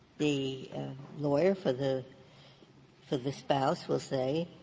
the lawyer for the for the spouse will say,